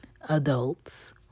adults